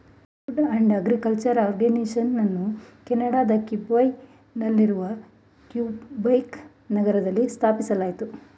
food and agriculture ಆರ್ಗನೈಸೇಷನನ್ನು ಕೆನಡಾದ Quebec ನಲ್ಲಿರುವ ಕ್ಯುಬೆಕ್ ನಗರದಲ್ಲಿ ಸ್ಥಾಪಿಸಲಾಯಿತು